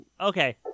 Okay